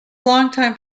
longtime